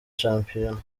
shampiyona